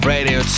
Radio